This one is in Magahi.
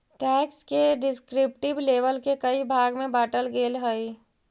टैक्स के डिस्क्रिप्टिव लेबल के कई भाग में बांटल गेल हई